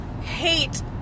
hate